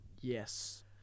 Yes